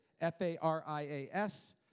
F-A-R-I-A-S